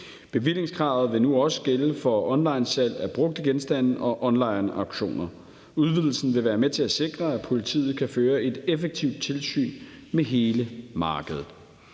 Bevillingskravet vil nu også gælde for onlinesalg af brugte genstande og onlineauktioner. Udvidelsen vil være med til at sikre, at politiet kan føre et effektivt tilsyn med hele markedet.